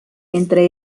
entre